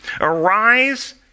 arise